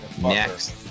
Next